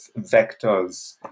vectors